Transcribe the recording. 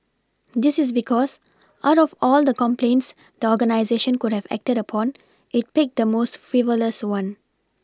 this is because out of all the complaints the organisation could have acted upon it picked the most frivolous one